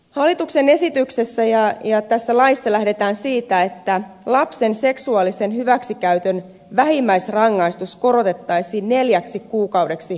hallituksen esityksessä ja tässä laissa lähdetään siitä että lapsen seksuaalisen hyväksikäytön vähimmäisrangaistus korotettaisiin neljäksi kuukaudeksi vankeutta